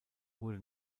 wurde